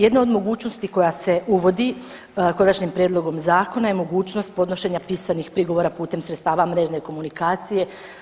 Jedna od mogućnosti koja se uvodi konačnim prijedlogom zakona je mogućnost podnošenja pisanih prigovora putem sredstava mrežne komunikacije.